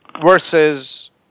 versus